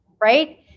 right